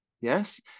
yes